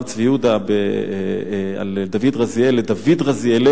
צבי יהודה על דוד רזיאל: לדוד רזיאלנו,